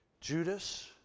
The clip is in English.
Judas